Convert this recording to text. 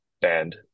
band